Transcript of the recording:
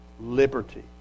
liberty